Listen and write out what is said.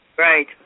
Right